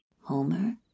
Homer